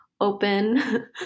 open